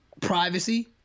privacy